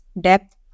depth